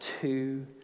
two